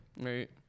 Right